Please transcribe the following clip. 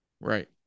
Right